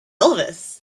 elvis